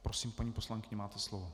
Prosím, paní poslankyně, máte slovo.